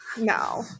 No